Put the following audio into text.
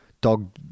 dog